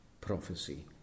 prophecy